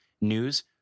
news